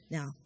Now